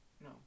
no